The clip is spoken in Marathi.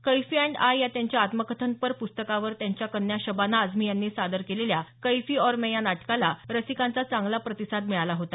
कैफी एण्ड आय या त्यांच्या आत्मकथनपर प्रस्तकावर त्यांच्या कन्या शबाना आझमी यांनी सादर केलेल्या कैफी और मैं या नाटकाला रसिकांचा चांगला प्रतिसाद मिळाला होता